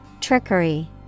Trickery